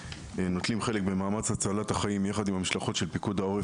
שנוטלים חלק במאמץ הצלת החיים יחד עם המשלחות של פיקוד העורף